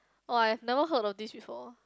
oh I've never heard of this before